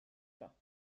pas